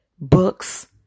books